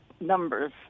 numbers